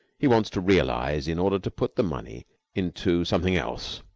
he wants to realize in order to put the money into something else,